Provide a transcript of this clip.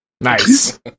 Nice